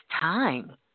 time